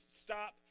stop